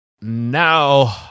now